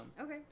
okay